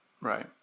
right